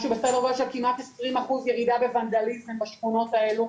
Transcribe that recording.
משהו בסדר גודל של כמעט עשרים אחוז ירידה בוואנדליזם בשכונות האלו.